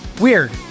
weird